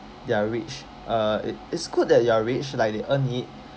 they're rich uh it it's good that you are rich like they earned it